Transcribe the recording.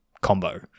combo